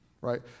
Right